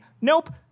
Nope